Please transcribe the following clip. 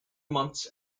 months